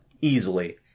easily